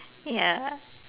ya